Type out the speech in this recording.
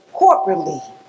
corporately